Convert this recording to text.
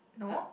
no